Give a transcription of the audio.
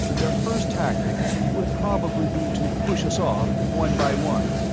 their first tactic would probably be to push us off, one by one.